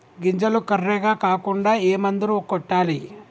గింజలు కర్రెగ కాకుండా ఏ మందును కొట్టాలి?